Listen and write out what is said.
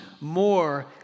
more